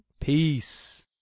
Peace